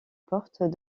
porte